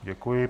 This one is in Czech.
Děkuji.